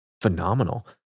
phenomenal